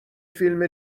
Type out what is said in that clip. فیلم